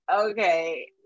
okay